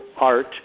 art